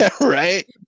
Right